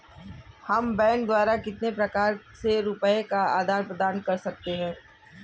हम बैंक द्वारा कितने प्रकार से रुपये का आदान प्रदान कर सकते हैं?